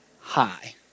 hi